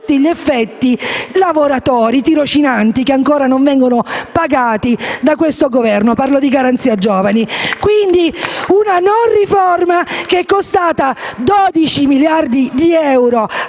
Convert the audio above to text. Grazie a tutte